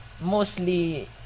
mostly